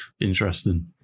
Interesting